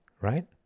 right